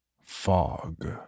Fog